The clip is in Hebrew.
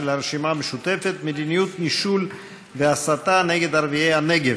של הרשימה המשותפת: מדיניות נישול והסתה נגד ערביי הנגב.